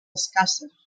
escasses